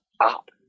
up